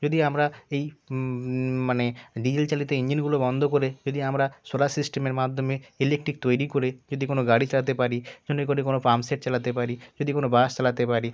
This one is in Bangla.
যদি আমরা এই মানে ডিজেল চালিত ইঞ্জিনগুলো বন্ধ করে যদি আমরা সোলার সিস্টেমের মাধ্যমে ইলেকট্রিক তৈরি করে যদি কোনো গাড়ি চালাতে পারি যদি যদি কোনো পাম্প সেট চালাতে পারি যদি কোনো বাস চালাতে পারি